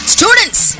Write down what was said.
Students